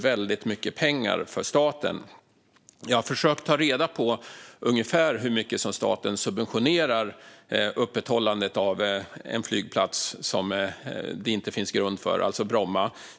Jag har försökt att ta reda på ungefär hur mycket det kostar staten att subventionera öppethållandet av en flygplats som det inte finns grund för, alltså Bromma.